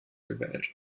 gewählt